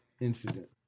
incident